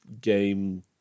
game